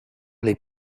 les